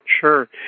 Sure